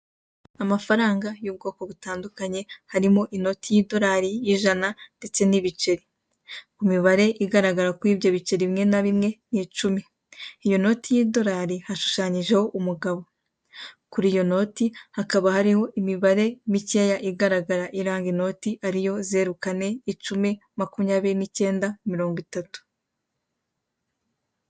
Amafaranga y'ubwoko butandukanye harimo inoti y'idorari y'ijana ndetse n'ibiceri. Imibare igaragara kuri ibyo biceri bimwe na bimwe ni icumi. Iyo noti y'idorari hashushanyijeho umugabo. Kuri iyo noti hakaba hariho imibare mikeya igaragara iranga inoti ariyo, zeru, kane, icumi, makumyabiri n'icyenda, mirongo itatu.